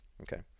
okay